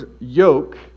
yoke